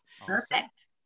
Perfect